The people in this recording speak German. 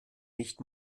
nicht